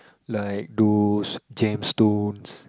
like those jem stones